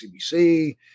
CBC